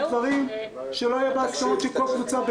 דברים שלא יהיו בהסכמות של כל קבוצה ב'.